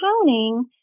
counting